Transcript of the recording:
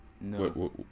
No